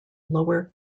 lower